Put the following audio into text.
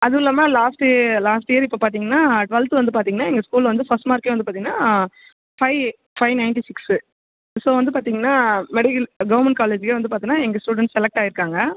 அதுவும் இல்லாமல் last last year இப்போ பார்த்திங்கன்னா ட்வெல்த்து வந்து பார்த்திங்கன்னா எங்கள் ஸ்கூல்ல வந்து ஃபஸ்ட் மார்க்கே வந்து பார்த்திங்கன்னா five five ninety six so வந்து பார்த்திங்கன்னா மெடிக்கல் கவர்மெண்ட் காலேஜ்லே பார்த்தோன்னா எங்கள் ஸ்டூடெண்ட் செலக்ட் ஆயிருக்காங்கள்